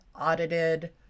audited